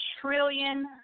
trillion